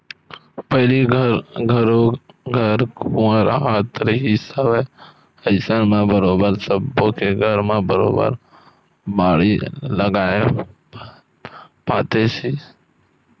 पहिली घरो घर कुँआ राहत रिहिस हवय अइसन म बरोबर सब्बो के घर म बरोबर बाड़ी लगाए पातेस ही